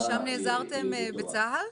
ושם נעזרתם בצה"ל?